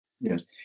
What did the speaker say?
Yes